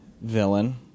villain